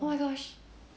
oh my gosh